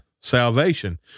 salvation